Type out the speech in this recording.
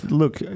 look